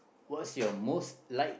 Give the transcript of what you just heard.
what's your most liked